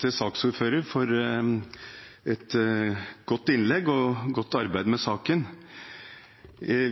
til saksordføreren for et godt innlegg og godt arbeid med saken.